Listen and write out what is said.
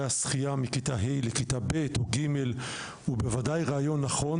השחייה מכיתה ה' לכיתה ב' או ג' הוא בוודאי רעיון נכון,